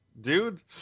dude